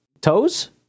toes